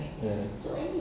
yes